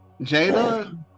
jada